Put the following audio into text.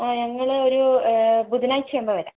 ആ ഞങ്ങളൊരു ബുധനാഴ്ചയാകുമ്പോൾ വരാം